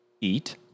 eat